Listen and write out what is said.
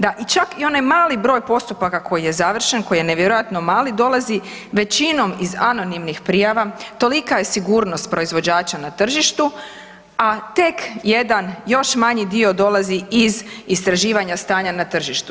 Da i čak i onaj mali broj postupaka koji je završen, koji je nevjerojatno mali dolazi većinom iz anonimnih prijava, tolika je sigurnost proizvođača na tržištu, a tek jedna još manji dio dolazi iz istraživanja stanja na tržištu.